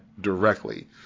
directly